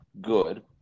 good